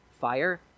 fire